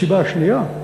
הסיבה השנייה,